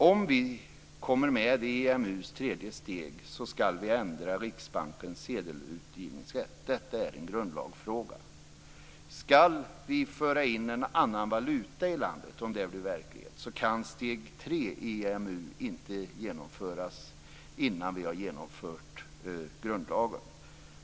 Om vi kommer med i EMU:s tredje steg skall vi ändra Riksbankens sedelutgivningsrätt. Detta är en grundlagsfråga. Skall vi föra in en annan valuta i landet om det blir verklighet kan steg tre i EMU inte genomföras innan vi har genomfört grundlagen.